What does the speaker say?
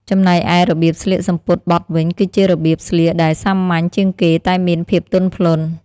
ចំណែកឯរបៀបស្លៀកសំពត់បត់វិញគឺជារបៀបស្លៀកដែលសាមញ្ញជាងគេតែមានភាពទន់ភ្លន់។